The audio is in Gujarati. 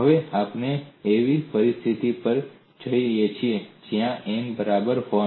હવે આપણે એવી પરિસ્થિતિ પર જઈએ છીએ જ્યા n બરાબર 1